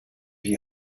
you